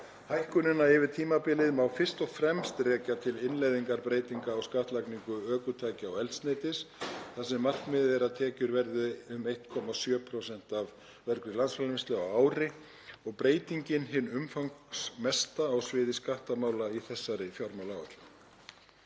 Hækkunina yfir tímabilið má fyrst og fremst rekja til innleiðingar breytinga á skattlagningu ökutækja og eldsneytis þar sem markmiðið er að tekjur verði 1,7% af vergri landsframleiðslu á ári og breytingin hin umfangsmesta á sviði skattamála í þessari fjármálaáætlun.